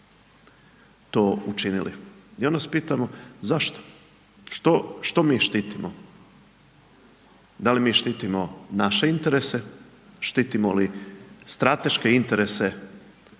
to učinili. I onda se pitamo zašto, što mi štitimo, da li mi štitimo naše interese, štitimo li strateške interese Rusije